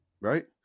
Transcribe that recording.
right